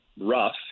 rough